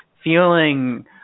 feeling